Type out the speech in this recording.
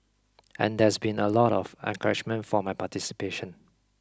and there's been a lot of encouragement for my participation